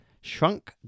Shrunk